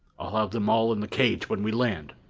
i'll have them all in the cage when we land,